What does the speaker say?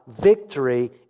victory